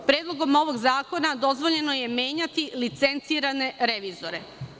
Predlogom ovog zakona dozvoljeno je menjati licencirane revizore.